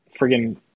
Friggin